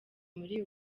muri